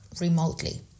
remotely